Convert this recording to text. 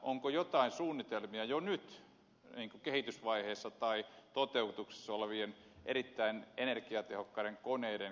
onko jotain suunnitelmia jo nyt kehitysvaiheessa tai toteutuksessa olevien erittäin energiatehokkaiden koneiden käyttöönotosta